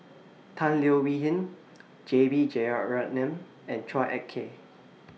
Tan Leo Wee Hin J B Jeyaretnam and Chua Ek Kay